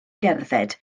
gerdded